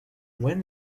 when